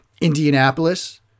Indianapolis